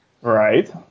Right